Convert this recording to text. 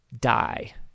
die